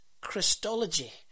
christology